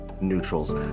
neutrals